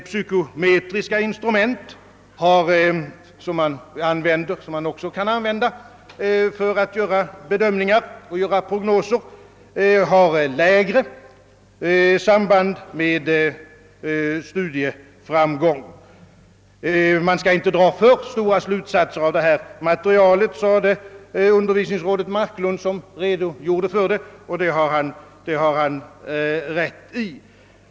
Psykometriska instrument, som också kan användas för att göra bedömningar och prognoser, har lägre samband med studieframgång. Vi skall inte dra alltför långtgående slutsatser av detta material, sade undervisningsrådet Marklund som redogjorde härför, och det har han rätt i.